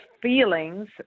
feelings